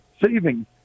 saving